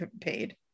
paid